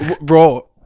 Bro